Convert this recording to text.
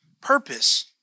Purpose